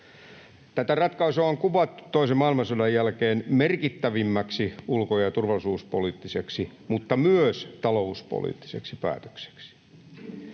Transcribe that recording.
Tätä ratkaisua on kuvattu toisen maailmansodan jälkeen merkittävimmäksi ulko- ja turvallisuuspoliittiseksi mutta myös talouspoliittiseksi päätökseksi.